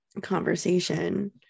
conversation